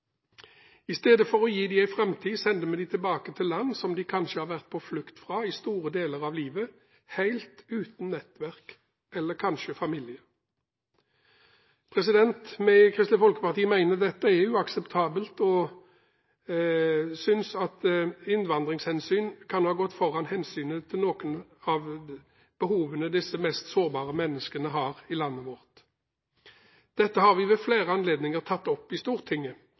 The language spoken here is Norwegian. tilbake til land de kanskje har vært på flukt fra i store deler av livet, helt uten nettverk eller kanskje familie. Vi i Kristelig Folkeparti mener dette er uakseptabelt, og synes at innvandringshensyn kan ha gått foran hensynet til noen av behovene disse mest sårbare menneskene har i landet vårt. Dette har vi ved flere anledninger tatt opp i Stortinget.